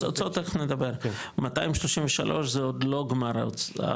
הוצאות תיכף נדבר, 233 זה עוד לא גמר ההכנסות.